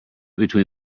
between